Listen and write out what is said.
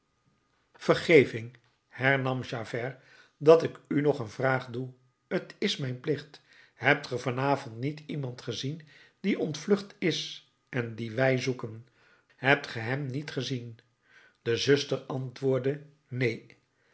vergeving hernam javert dat ik u nog een vraag doe t is mijn plicht hebt ge van avond niet iemand gezien die ontvlucht is en dien wij zoeken jean valjean hebt ge hem niet gezien de zuster antwoordde neen